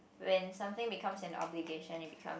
when something become an obligation it become